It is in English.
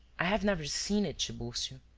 i have never seen it, tiburcio.